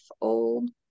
old